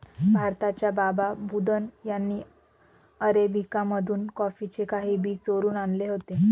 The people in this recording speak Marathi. भारताच्या बाबा बुदन यांनी अरेबिका मधून कॉफीचे काही बी चोरून आणले होते